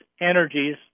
energies